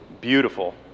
beautiful